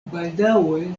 baldaŭe